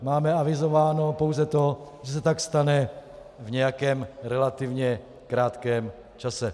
Máme avizováno pouze to, že se tak stane v nějakém relativně krátkém čase.